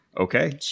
Okay